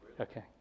Okay